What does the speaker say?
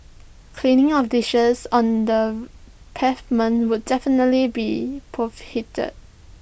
cleaning of dishes on the pavement would definitely be